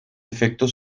efecto